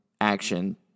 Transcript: action